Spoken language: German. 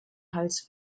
hals